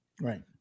Right